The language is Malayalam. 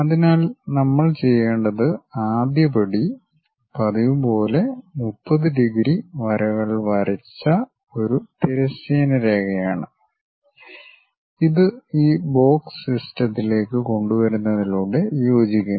അതിനാൽ നമ്മൾ ചെയ്യേണ്ടത് ആദ്യപടി പതിവുപോലെ 30 ഡിഗ്രി വരകൾ വരച്ച ഒരു തിരശ്ചീന രേഖയാണ് ഇത് ഈ ബോക്സ് സിസ്റ്റത്തിലേക്ക് കൊണ്ടുവരുന്നതിലൂടെ യോജിക്കുന്നു